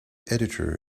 editor